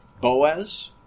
Boaz